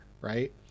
right